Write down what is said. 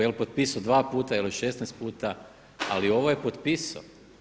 Jel' potpisao dva puta ili 16 puta, ali ovo je potpisao.